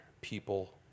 people